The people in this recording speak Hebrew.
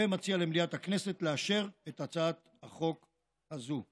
ומציע למליאת הכנסת לאשר את הצעת החוק הזו.